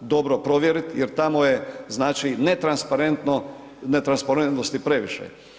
dobro provjeriti jer tamo je znači netransparentno, netransparentnosti previše.